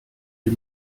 wir